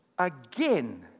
Again